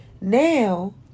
now